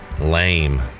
Lame